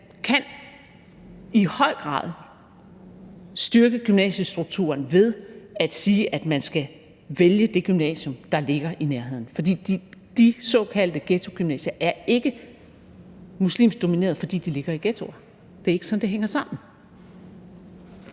kan i høj grad styrke gymnasiestrukturen ved at sige, at man skal vælge det gymnasium, der ligger i nærheden, for de såkaldte ghettogymnasier er ikke muslimsk dominerede, fordi de ligger i ghettoer. Det er ikke sådan, det hænger sammen.